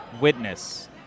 witness